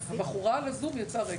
לדובר